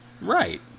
Right